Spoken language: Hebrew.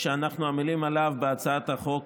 שאנחנו עמלים עליו בהצעת החוק